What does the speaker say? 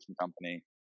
company